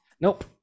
Nope